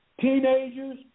teenagers